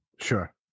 Sure